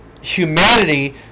humanity